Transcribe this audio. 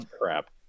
crap